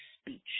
speech